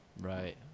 Right